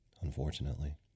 unfortunately